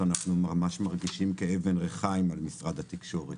אנחנו ממש מרגישים כאילו אנחנו אבן ריחיים על משרד התקשורת.